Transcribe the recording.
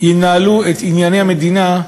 ינהלו את ענייני המדינה,